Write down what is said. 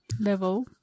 level